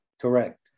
Correct